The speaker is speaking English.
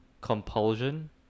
compulsion